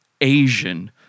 Asian